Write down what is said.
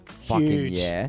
Huge